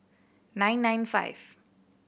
nine nine five